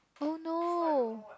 oh no